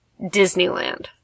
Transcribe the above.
Disneyland